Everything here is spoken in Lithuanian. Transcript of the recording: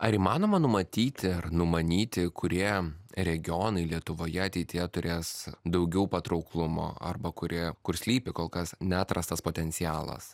ar įmanoma numatyti ir numanyti kurie regionai lietuvoje ateityje turės daugiau patrauklumo arba kurie kur slypi kol kas neatrastas potencialas